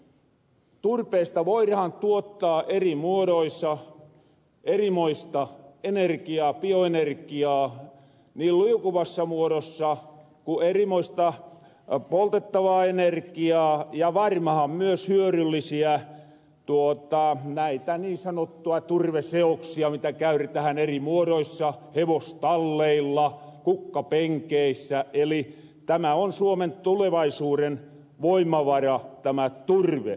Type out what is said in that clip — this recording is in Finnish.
toisin sanoen turpeesta voirahan tuottaa eri muodoissa erimoista enerkiaa bioenerkiaa niin liukuvassa muodossa ku erimoista poltettavaa energiaa ja varmahan myös hyöryllisiä niin sanottuja turveseoksia mitä käytetähän eri muoroissa hevostalleilla kukkapenkeissä eli tämä on suomen tulevaisuuren voimavara tämä turve